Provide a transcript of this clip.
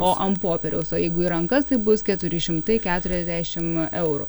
o an popieriaus o jeigu į rankas tai bus keturi šimtai keturiasdešim eurų